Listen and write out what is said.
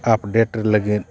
update ᱞᱟᱹᱜᱤᱫ